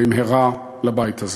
במהרה לבית הזה.